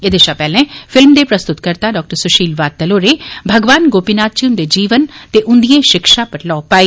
एह्दे शा पैह्ले फिल्म दे प्रस्तुतकर्ता डाक्टर सुशील वात्तल होरें भगवान गोपीनाथ जी हुंदे जीवन ते उंदिएं शिक्षा पर लोऽ पाई